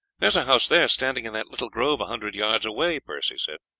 there is a house there, standing in that little grove a hundred yards away, percy said.